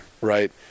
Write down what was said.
right